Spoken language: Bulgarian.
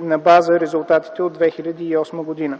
на база резултатите от 2008 г.